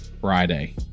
Friday